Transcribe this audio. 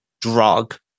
drug